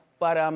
but um